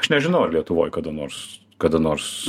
aš nežinau ar lietuvoj kada nors kada nors